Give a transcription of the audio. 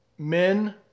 Men